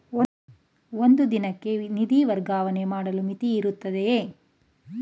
ಒಂದು ದಿನಕ್ಕೆ ನಿಧಿ ವರ್ಗಾವಣೆ ಮಾಡಲು ಮಿತಿಯಿರುತ್ತದೆಯೇ?